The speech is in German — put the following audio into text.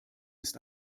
ist